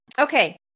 Okay